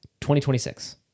2026